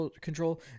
Control